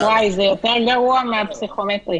וואי, זה יותר גרוע מהפסיכומטרי.